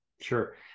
sure